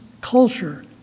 culture